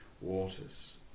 waters